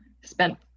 spent